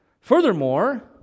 Furthermore